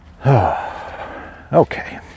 okay